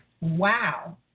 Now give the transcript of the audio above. wow